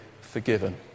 forgiven